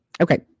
Okay